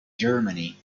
germany